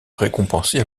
récompensée